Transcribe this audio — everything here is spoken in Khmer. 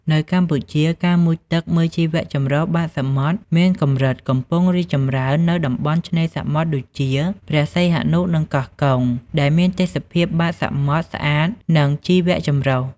នៅកម្ពុជា ការមុជទឹកមើលជីវៈចម្រុះបាតសមុទ្រមានកម្រិតកំពុងរីកចម្រើននៅតំបន់ឆ្នេរសមុទ្រដូចជា ព្រះសីហនុ និងកោះកុង ដែលមានទេសភាពបាតសមុទ្រ ស្អាត និងជីវៈចម្រុះ។